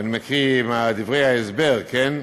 ואני מקריא מדברי ההסבר, כן?